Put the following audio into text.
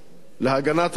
להגנת העורף,